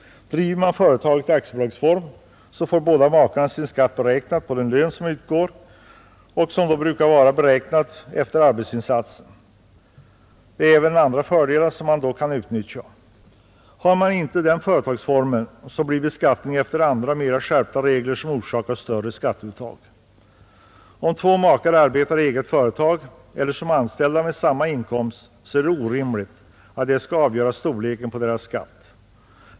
Driver man företaget i aktiebolagsform får båda makarna sin skatt beräknad på den lön som utgår och som då brukar vara beräknad efter arbetsinsatsen. Det är även andra fördelar som man då kan utnyttja. Har man inte denna företagsform sker beskattningen efter andra, mera skärpta regler, vilka orsakar större skatteuttag. Om två makar arbetar i eget företag eller som anställda med samma inkomst är det orimligt att detta skall avgöra storleken på deras skatt.